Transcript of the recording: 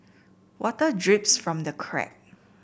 water drips from the crack